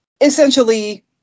essentially